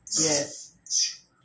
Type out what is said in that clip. Yes